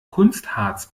kunstharz